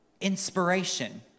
inspiration